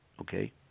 Okay